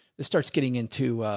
it starts getting into,